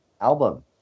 album